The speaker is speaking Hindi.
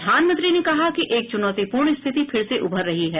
प्रधानमंत्री ने कहा कि एक चुनौतीपूर्ण स्थिति फिर से उभर रही है